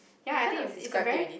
ya I think is is a very